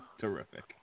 Terrific